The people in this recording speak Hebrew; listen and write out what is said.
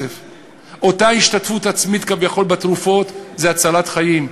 אותה השתתפות עצמית כביכול בתרופות, זה הצלת חיים.